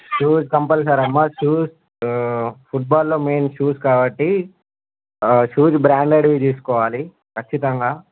shoes compulsory అమ్మా shoes ఫుడ్ బాల్లో మెయిన్ షూస్ కాబట్టి షూస్ బ్రాండెడ్వి తీసుకోవాలి కచ్చితంగా